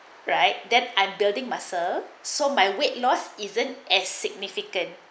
right then and building muscle so my weight loss isn't as significant